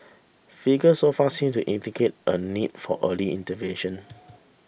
figures so far seem to indicate a need for early intervention